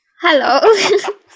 Hello